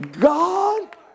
God